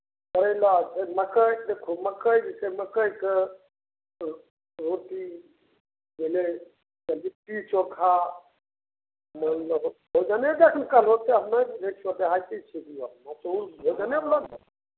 करैला छै मकइ देखहो मकइ जे छै मकइके रो रोटी भेलै तऽ लिट्टी चोखा मानि लहो बैगने दैके ने कहलहो ओतेक हम नहि बुझै छीयै देहाती छीकियै मसूर भेलऽ बैगने